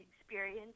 experience